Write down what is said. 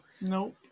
Nope